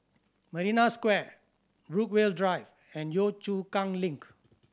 Marina Square Brookvale Drive and Yio Chu Kang Link